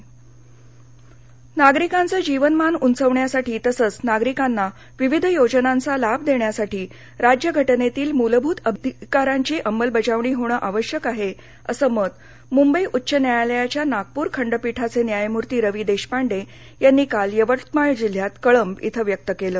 महामेळावा यवतमाळ नागरिकांचे जीवनमान उंचाविण्यासाठी तसेच नागरिकांना विविध योजनांचा लाभ देण्यासाठी राज्यघटनेतील मुलभूत अधिकारांची अंमलबजावणी होणं आवश्यक आहे असं मत मुंबई उच्च न्यायालयाच्या नागपूर खंडपीठाचे न्यायमूर्ती रवी देशपांडे यांनी काल यवतमाळ जिल्ह्यात कळंब इथं व्यक्त केलं